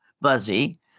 Buzzy